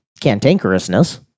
cantankerousness